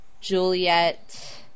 Juliet